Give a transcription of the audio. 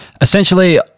Essentially